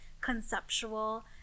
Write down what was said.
conceptual